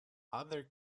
other